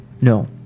No